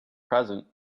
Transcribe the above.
present